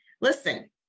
Listen